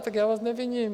Tak já vás neviním.